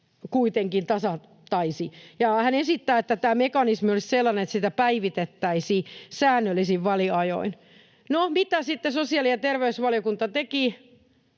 kuitenkin tasattaisiin, ja hän esittää, että tämä mekanismi olisi sellainen, että sitä päivitettäisiin säännöllisin väliajoin. No, mitä sitten sosiaali- ja terveysvaliokunta teki,